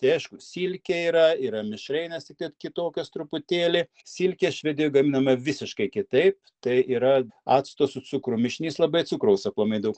tai aišku silkė yra yra mišrainės tiktai kitokios truputėlį silkė švedijoj gaminama visiškai kitaip tai yra acto su cukrum mišinys labai cukraus aplamai daug